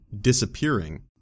disappearing